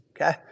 okay